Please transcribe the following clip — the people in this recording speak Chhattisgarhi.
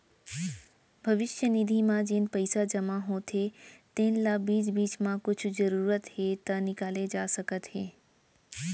भविस्य निधि म जेन पइसा जमा होथे तेन ल बीच बीच म कुछु जरूरत हे त निकाले जा सकत हे